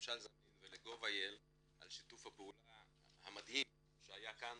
לממשל זמין ול-GOV.IL על שיתוף הפעולה המדהים שהיה כאן